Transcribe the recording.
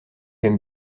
aimes